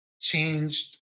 changed